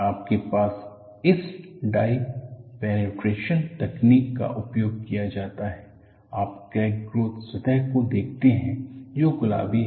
आपके पास इस डाइ पैनेट्रेशन तकनीक का उपयोग किया जाता है आप क्रैक ग्रोथ सतह को देखते हैं जो गुलाबी है